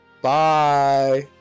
Bye